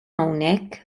hawnhekk